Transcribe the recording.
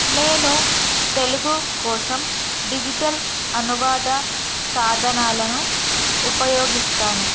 నేను తెలుగు కోసం డిజిటల్ అనువాద సాధనాలను ఉపయోగిస్తాను